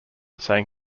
saying